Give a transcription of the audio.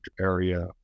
area